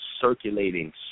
circulating